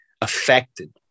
affected